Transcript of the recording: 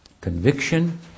conviction